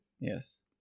Yes